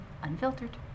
unfiltered